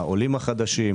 העולים החדשים,